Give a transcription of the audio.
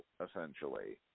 essentially